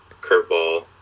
curveball